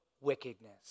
wickedness